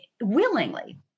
willingly